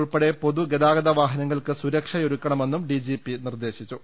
ഉൾപ്പെടെ പൊതു ഗതാഗത വാഹനങ്ങൾക്ക് സുരക്ഷയൊരുക്കണമെന്നും ഡിജിപി നിർദ്ദേ ശിച്ചു